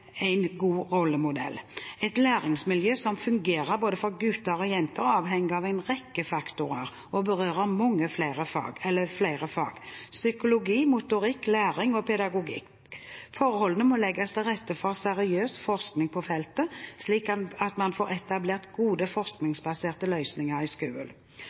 En god lærer er en god rollemodell. Et læringsmiljø som fungerer for både gutter og jenter, avhenger av en rekke faktorer og berører flere fag: psykologi, motorikk, læring og pedagogikk. Forholdene må legges til rette for seriøs forskning på feltet, slik at man får etablert gode, forskningsbaserte løsninger i